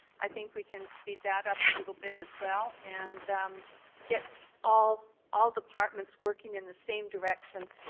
i think we can speed that up a little bit as well and get all all departments working in the same direction.